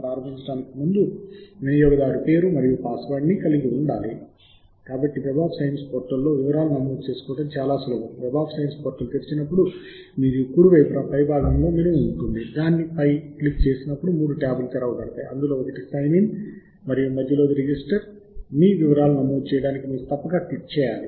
వాస్తవానికి మీ సాహిత్య శోధన చరిత్రను మరియు అన్ని శోధన ఫలితాలను మీ స్వంత ప్రొఫైల్లో క్రమబద్ధంగా ఉంచండి మరియు మీరు చివరిసారి సాహిత్య శోధన చేసిన తరువాత నుండి మీ పనిని ప్రారంభించడానికి ఇది మీకు సహాయపడుతుంది